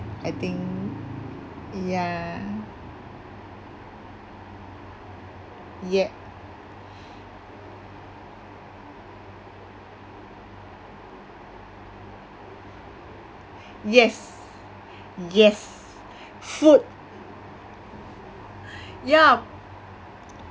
I think ya yup yes yes should ya